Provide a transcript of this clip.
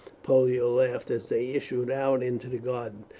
pollio laughed as they issued out into the garden.